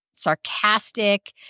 sarcastic